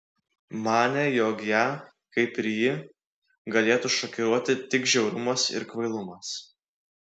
manė jog ją kaip ir jį galėtų šokiruoti tik žiaurumas ar kvailumas